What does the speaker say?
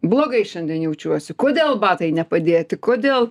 blogai šiandien jaučiuosi kodėl batai nepadėti kodėl